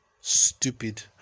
stupid